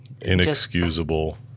inexcusable